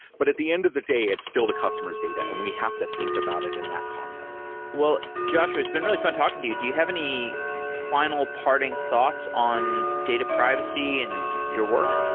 but at the end of the day, it's still the customer s data and we have to think about it in that context well, joshua it's been really fun talking to you. do you have any final parting thoughts on data privacy and your work?